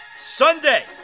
Sunday